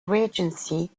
regency